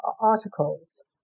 articles